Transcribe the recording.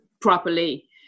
properly